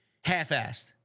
half-assed